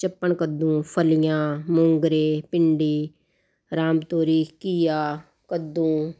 ਚੱਪਣ ਕੱਦੂ ਫਲੀਆਂ ਮੂੰਗਰੇ ਭਿੰਡੀ ਰਾਮਤੋਰੀ ਘੀਆ ਕੱਦੂ